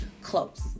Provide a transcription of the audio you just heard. close